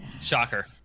Shocker